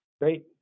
Great